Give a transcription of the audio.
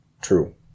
True